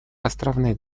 островных